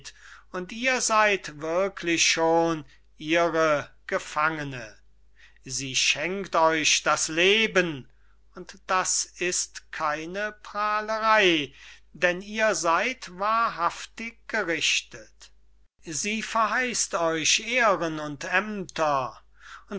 und ihr seyd wirklich schon ihre gefangene sie schenkt euch das leben und das ist keine prahlerey denn ihr seyd wahrhaftig gerichtet sie verheißt euch ehren und aemter